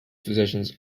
physicians